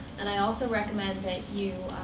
and i also recommend that you